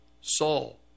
Saul